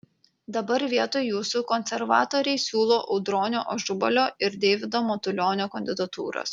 dabar vietoj jūsų konservatoriai siūlo audronio ažubalio ir deivido matulionio kandidatūras